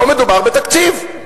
פה מדובר בתקציב.